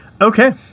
okay